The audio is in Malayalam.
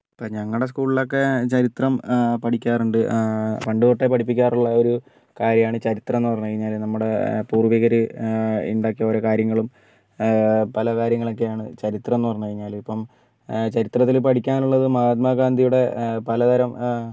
ഇപ്പോൾ ഞങ്ങളുടെ സ്കൂളിലൊക്കേ ചരിത്രം പഠിക്കാറുണ്ട് പണ്ട് തൊട്ടേ പഠിപ്പിക്കാറുള്ള ഒരു കാര്യമാണ് ചരിത്രം എന്ന് പറഞ്ഞു കഴിഞ്ഞാൽ നമ്മുടെ പൂർവികർ ഉണ്ടാക്കിയ ഓരോ കാര്യങ്ങളും പല കാര്യങ്ങളൊക്കെയാണ് ചരിത്രം എന്ന് പറഞ്ഞു കഴിഞ്ഞാൽ ഇപ്പം ചരിത്രത്തിൽ പഠിക്കാനുള്ളത് മഹാത്മാഗാന്ധിയുടെ പലതരം